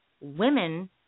Women